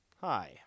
Hi